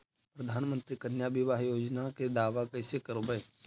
प्रधानमंत्री कन्या बिबाह योजना के दाबा कैसे करबै?